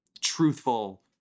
truthful